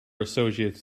associates